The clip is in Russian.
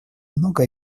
много